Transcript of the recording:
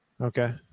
Okay